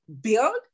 Build